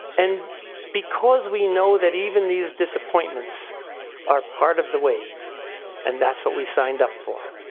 and because we know that even these disappointments are part of the wave and that's what we signed up for.